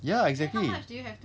ya exactly